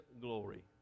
glory